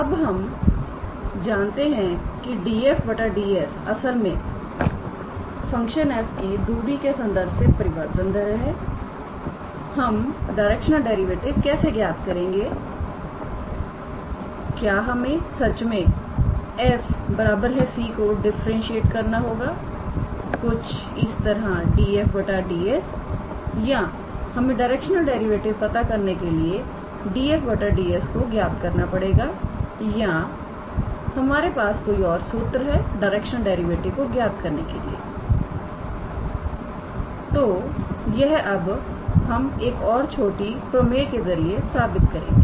अब हम जानते हैं के 𝑑𝑓𝑑𝑠 असल में फंक्शन f की दूरी के संदर्भ से परिवर्तन दर है हम डायरेक्शनल डेरिवेटिव कैसे ज्ञात करेंगे क्या हमें सच में 𝑓𝑥 𝑦 𝑧 𝑐 को डिफरेंटशिएट करना पड़ेगा कुछ इस तरह 𝑑𝑓𝑑𝑠 या हमें डायरेक्शनल डेरिवेटिव पता करने के लिए 𝑑𝑓𝑑𝑠 को ज्ञात करना पड़ेगा या हमारे पास कोई और सूत्र है डायरेक्शनल डेरिवेटिव को ज्ञात करने के लिए तो यह अब हम एक छोटी प्रमेय के जरिए साबित करेंगे